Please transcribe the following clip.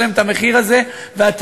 שאני אשלם זה בזה שיקראו לי